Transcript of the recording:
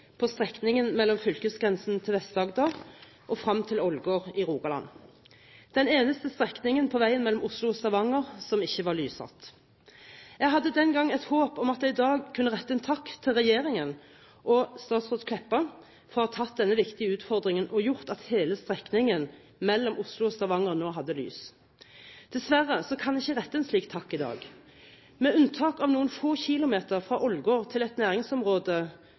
på strekningen mellom fylkesgrensen til Vest-Agder og frem til Ålgård i Rogaland – den eneste strekningen på veien mellom Oslo og Stavanger som ikke var lyssatt. Jeg hadde den gangen et håp om at jeg i dag kunne rette en takk til regjeringen og statsråd Kleppa for å ha tatt denne viktige utfordringen som hadde gjort at hele strekningen mellom Oslo og Stavanger nå hadde lys. Dessverre kan jeg ikke rette en slik takk i dag. Med unntak av noen få kilometer, fra Ålgård til et næringsområde,